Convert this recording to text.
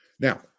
Now